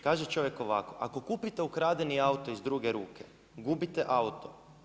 Kaže čovjek ovako: „Ako kupite ukradeni auto iz druge ruke gubite auto.